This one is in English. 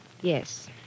Yes